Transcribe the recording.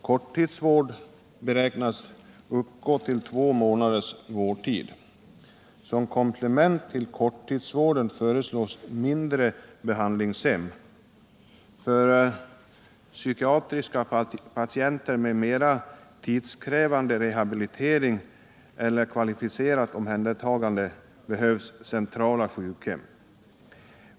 Som korttidsvård räknas upp till två månaders vårdtid. Som komplement till korttidsvården föreslås mindre behandlingshem. För mera tidskrävande rehabilitering eller kvalificerat omhändertagande av psykiatriska patienter behövs centrala sjukhem.